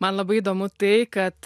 man labai įdomu tai kad